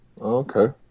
Okay